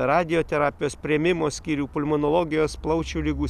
radioterapijos priėmimo skyrių pulmonologijos plaučių ligų